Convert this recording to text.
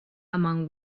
among